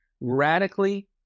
radically